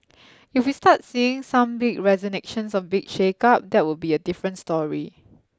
if we start seeing some big resignations or big shake up that would be a different story